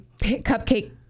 cupcake